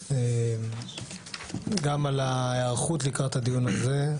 גם על ההיערכות לקראת הדיון הזה.